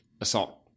assault